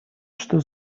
что